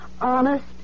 Honest